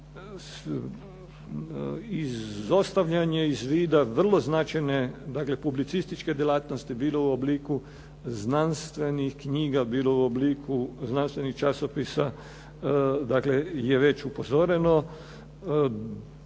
Izostavljanje iz vida vrlo značajne, dakle publicističke djelatnosti bilo u obliku znanstvenih knjiga, bilo u obliku znanstvenih časopisa, dakle je već upozoreno,